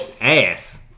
ass